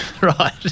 Right